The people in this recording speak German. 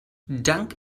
dank